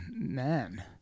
man